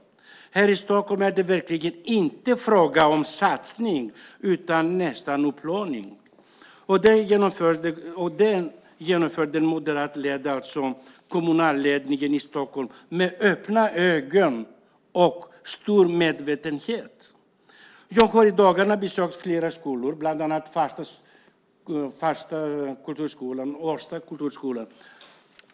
Här är det verkligen inte fråga om satsning utan nästan om utplåning. Det genomförde den moderatledda kommunledningen i Stockholm med öppna ögon och stor medvetenhet. Jag har i dagarna besökt flera skolor, bland annat Farsta kulturskola och Årsta kulturskola.